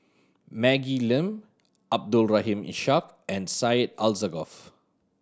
Maggie Lim Abdul Rahim Ishak and Syed Alsagoff